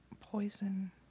poison